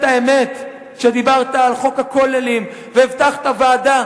האמת כשדיברת על חוק הכוללים והבטחת ועדה,